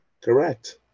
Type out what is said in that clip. Correct